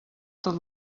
tot